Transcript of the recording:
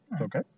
Okay